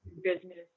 business